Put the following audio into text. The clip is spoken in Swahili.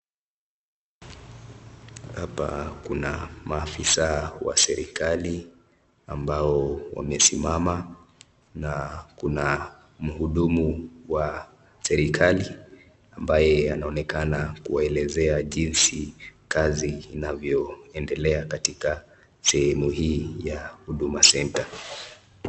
Hapa kuna maafisa wa serikali, ambao wamesimama na kuna mhudumu wa serikali, ambaye anaonekana kuwaelezea jinsi kazi inavyoendelea katika sehemu hii ya Huduma Center .